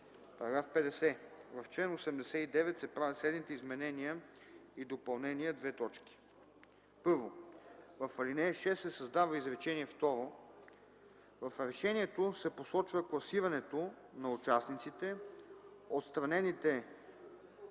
§ 50: „§ 50. В чл. 89 се правят следните изменения и допълнения: 1. В ал. 6 се създава изречение второ: „В решението се посочва класирането на участниците, отстранените